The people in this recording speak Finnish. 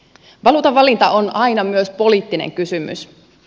valuutan valinta on aina myös poliittinen kysymys